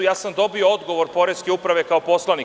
Ja sam dobio odgovor poreske uprave kao poslanik.